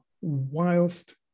whilst